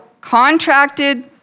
contracted